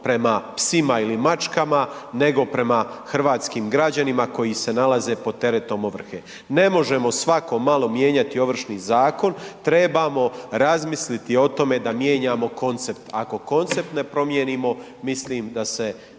prema psima ili mačkama nego prema hrvatskim građanima koji se nalaze pod teretom ovrhe. Ne možemo svako malo mijenjati Ovršni zakon, trebamo razmisliti o tome da mijenjamo koncept, ako koncept ne promijenimo mislim da se